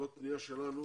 שאלנו